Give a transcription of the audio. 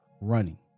Running